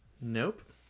Nope